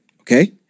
okay